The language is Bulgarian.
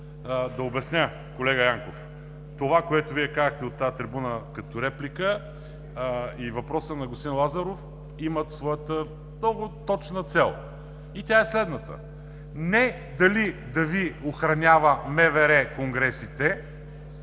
Ще обясня, колега Янков. Това, което Вие казахте от тази трибуна като реплика, и въпросът на господин Лазаров имат своята много точна цел и тя е следната: не дали да Ви охранява МВР конгресите,